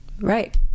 Right